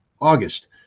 August